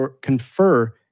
confer